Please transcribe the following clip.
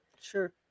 Sure